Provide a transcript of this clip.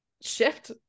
shift